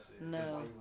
No